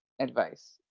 advice